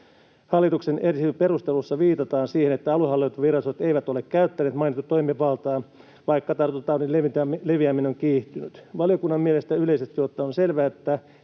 Hallituksen esityksen perusteluissa viitataan siihen, että aluehallintovirastot eivät ole käyttäneet mainittua toimivaltaa, vaikka tartuntataudin leviäminen on kiihtynyt. Valiokunnan mielestä yleisesti ottaen on selvää, että